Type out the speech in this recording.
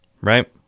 Right